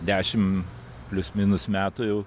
dešim plius minus metų jau